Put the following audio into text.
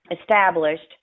established